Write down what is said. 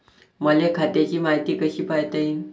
मले खात्याची मायती कशी पायता येईन?